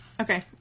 okay